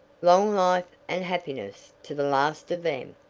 long life and happiness to the last of them!